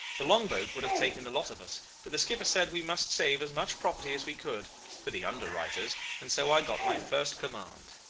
the long-boat would have taken the lot of us but the skipper said we must save as much property as we could for the under-writers and so i got my first command.